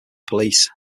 police